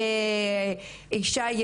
אישה,